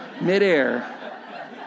midair